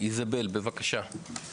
איזבל, בבקשה.